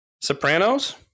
Sopranos